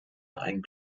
ein